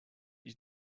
you